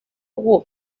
who